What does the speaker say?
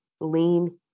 lean